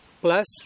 plus